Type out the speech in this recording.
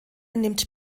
nimmt